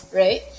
right